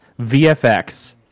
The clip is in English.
VFX